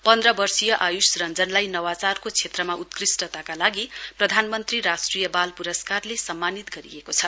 पन्ध्र वर्षिय आयुष रञ्जनलाई नवाचारको क्षेत्रमा उत्कृष्टताका लागि प्रधानमन्त्री राष्ट्रिय बाल पुरस्कारले सम्मानित गरिएको छ